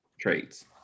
traits